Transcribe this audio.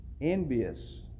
envious